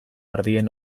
ardien